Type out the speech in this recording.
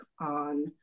on